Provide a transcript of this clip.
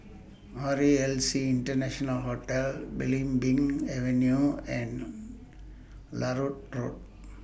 R E L C International Hotel Belimbing Avenue and Larut Road